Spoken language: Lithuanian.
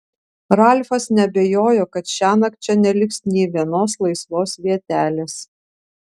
ralfas neabejojo kad šiąnakt čia neliks nė vienos laisvos vietelės